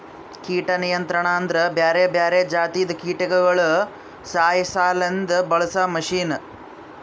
ಕೀಟ ನಿಯಂತ್ರಣ ಅಂದುರ್ ಬ್ಯಾರೆ ಬ್ಯಾರೆ ಜಾತಿದು ಕೀಟಗೊಳಿಗ್ ಸಾಯಿಸಾಸಲೆಂದ್ ಬಳಸ ಮಷೀನ್